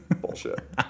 bullshit